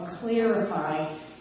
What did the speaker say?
clarify